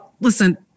listen